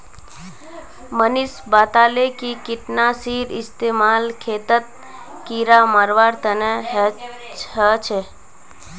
मनीष बताले कि कीटनाशीर इस्तेमाल खेतत कीड़ा मारवार तने ह छे